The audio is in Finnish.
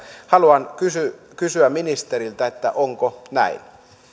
haluan kysyä kysyä ministeriltä onko näin